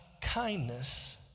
kindness